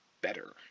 better